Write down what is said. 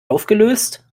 aufgelöst